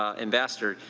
ah ambassador,